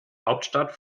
hauptstadt